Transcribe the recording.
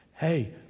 hey